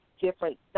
different